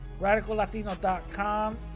RadicalLatino.com